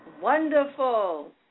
Wonderful